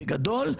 בגדול,